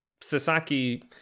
Sasaki